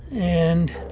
and